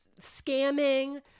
scamming